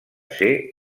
ser